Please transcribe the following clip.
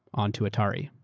on to atari.